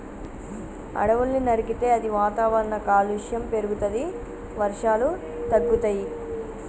అడవుల్ని నరికితే అది వాతావరణ కాలుష్యం పెరుగుతది, వర్షాలు తగ్గుతయి